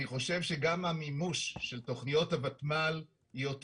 אני חושב שגם המימוש של תכניות הוותמ"ל יותר